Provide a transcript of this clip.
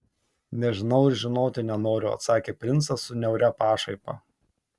nežinau ir žinoti nenoriu atsakė princas su niauria pašaipa